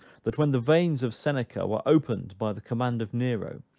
that when the veins of seneca were opened by the command of nero,